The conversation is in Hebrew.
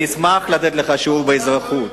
אני אשמח לתת לך שיעור באזרחות.